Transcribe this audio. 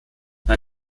bei